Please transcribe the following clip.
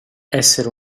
essere